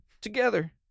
together